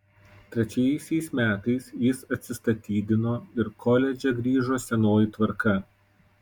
trečiaisiais metais jis atsistatydino ir koledže grįžo senoji tvarka